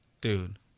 Dude